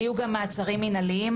היו גם מעצרים מנהליים